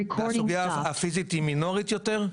הסוגיה הפיזית מינורית יותר.